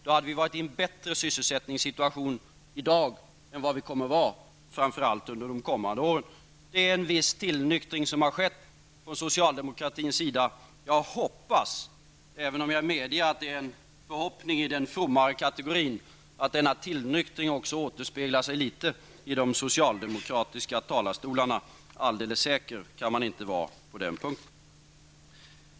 Då hade vi varit i en bättre sysselsättningssituation i dag än vi kommer att vara framför allt under de kommande åren. En viss tillnyktring har skett från socialdemokratins sida. Jag hoppas, även om jag medger att det är en förhoppning i den fromma kategorin, att denna tillnyktring också återspeglar sig litet i de socialdemokratiska talarstolarna. Alldeles säker kan man inte vara på den punkten.